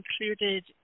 included